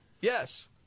Yes